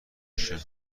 کشه